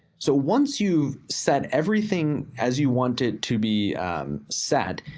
so once you've set everything as you want it to be set,